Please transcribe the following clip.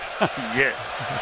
Yes